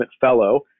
fellow